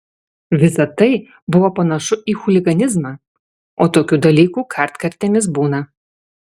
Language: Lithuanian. visa tai buvo panašu į chuliganizmą o tokių dalykų kartkartėmis būna